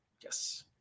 Yes